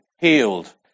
healed